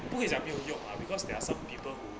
不会讲没有用 because there are some people who